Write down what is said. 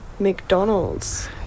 mcdonald's